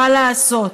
מה לעשות.